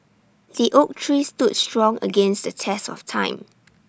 the oak tree stood strong against the test of time